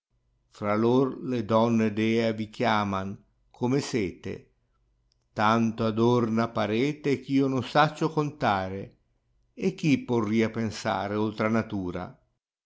fra lor le donne dea vi chiaman come sete tanto adoma parete ghio non saccio contare e chi porria pensare oltr a natura